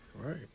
Right